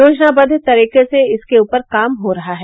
योजनाबद्व तरीके से इसके ऊपर काम हो रहा है